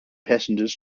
passengers